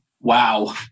Wow